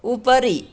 उपरि